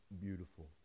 beautiful